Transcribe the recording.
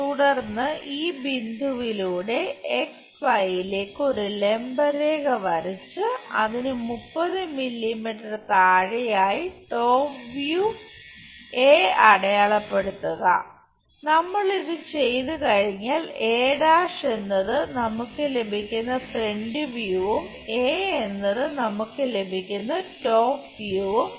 തുടർന്ന് ഈ ബിന്ദുവിലൂടെ ലേക്ക് ഒരു ലംബ രേഖ വരച്ച് അതിനു 30 മില്ലിമീറ്റർ താഴെയായി ടോപ് വ്യൂ അടയാളപ്പെടുത്തുക നമ്മൾ ഇത് ചെയ്തുകഴിഞ്ഞാൽ a' എന്നത് നമുക്ക് ലഭിക്കുന്ന ഫ്രന്റ് വ്യൂവും എന്നത് നമുക്ക് ലഭിക്കുന്ന ടോപ് വ്യൂവും ആണ്